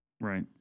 Right